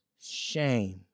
Shame